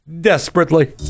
desperately